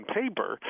paper